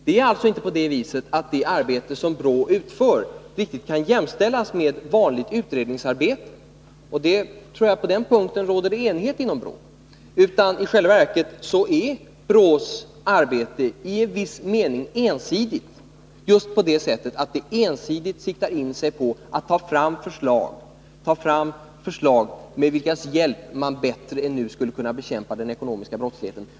Det är alltså inte på det viset att det arbete som BRÅ utför kan jämställas med vanligt utredningsarbete. På den punkten råder det enighet inom BRÅ. I själva verket är BRÅ:s arbete i viss mening ensidigt, just på det sättet att det ensidigt siktar in sig på att ta fram förslag med vilkas hjälp man bättre än nu skall kunna bekämpa den ekonomiska brottsligheten.